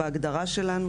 בהגדרה שלנו,